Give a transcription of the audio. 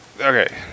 okay